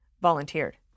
volunteered